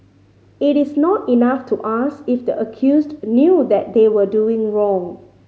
it is not enough to ask if the accused knew that they were doing wrong